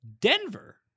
Denver